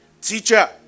Teacher